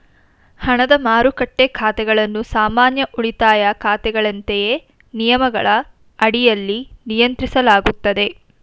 ಹಣದ ಮಾರುಕಟ್ಟೆ ಖಾತೆಗಳನ್ನು ಸಾಮಾನ್ಯ ಉಳಿತಾಯ ಖಾತೆಗಳಂತೆಯೇ ನಿಯಮಗಳ ಅಡಿಯಲ್ಲಿ ನಿಯಂತ್ರಿಸಲಾಗುತ್ತದೆ